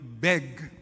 beg